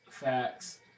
facts